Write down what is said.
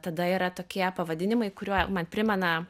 tada yra tokie pavadinimai kurie man primena